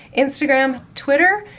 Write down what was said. instagram, twitter,